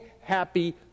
happy